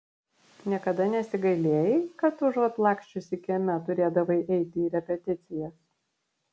niekada nesigailėjai kad užuot laksčiusi kieme turėdavai eiti į repeticijas